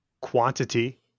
quantity